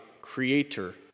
Creator